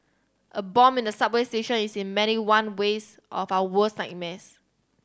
a bomb in a subway station is in many one ways of our worst nightmares